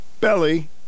belly